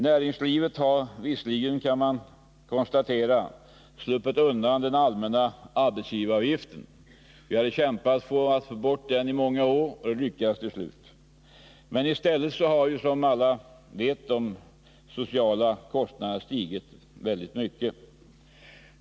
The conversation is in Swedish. Näringslivet har visserligen sluppit den allmänna arbetsgivaravgiften — vi kämpade i många år för att få bort den och lyckades till slut — men i stället har, som alla vet, de sociala kostnaderna stigit mycket.